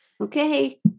Okay